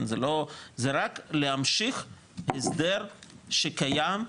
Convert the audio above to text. זה רק להמשיך את ההסדר הקיים,